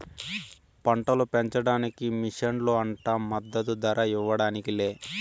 పంటలు పెంచడానికి మిషన్లు అంట మద్దదు ధర ఇవ్వడానికి లే